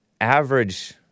average